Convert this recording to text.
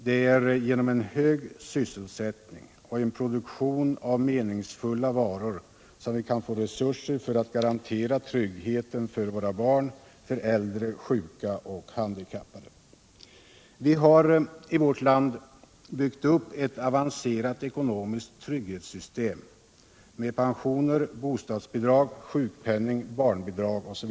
Det är genom en hög sysselsättning och genom en produktion av meningsfulla varor som vi kan få resurser för att garantera tryggheten för våra barn, äldre, sjuka och handikappade. Vi har i vårt land byggt upp ett avancerat ekonomiskt trygghetssystem med pensioner, bostadsbidrag, sjukpenning, barnbidrag m.m.